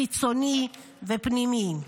חיצוני ופנימי.